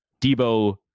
Debo